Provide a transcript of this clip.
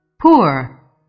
Poor